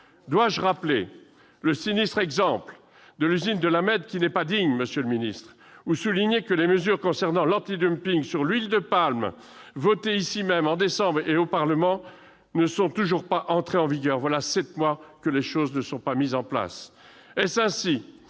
Dois-je rappeler le sinistre exemple de l'usine de la Mède, qui n'est pas digne, monsieur le ministre, ou souligner que les mesures concernant l'anti-dumping sur l'huile de palme, qui ont été votées en décembre par le Parlement, ne sont toujours pas entrées en vigueur sept mois après ? Ce n'est pas normal ! Est-ce ainsi